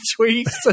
tweets